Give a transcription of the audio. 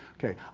okay.